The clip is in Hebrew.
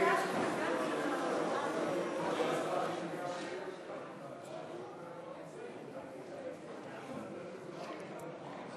המלצת הוועדה המשותפת של ועדת החוץ והביטחון וועדת החוקה,